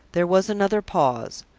there was another pause.